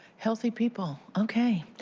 healthy people. okay.